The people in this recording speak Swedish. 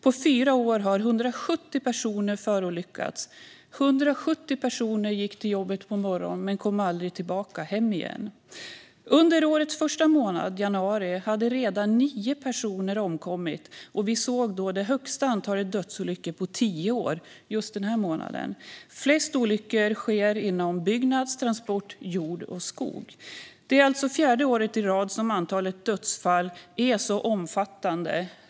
På fyra år har 170 personer förolyckats. Det var alltså 170 personer som gick till jobbet på morgonen men som aldrig kom hem igen. Under årets första månad, januari, hade redan nio personer omkommit. Vi såg då det högsta antalet dödsolyckor på tio år just för denna månad. Flest olyckor sker inom byggnads, transport, jord och skog. Det är alltså fjärde året i rad som antalet dödsfall är så omfattande.